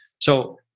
So-